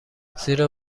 زیرا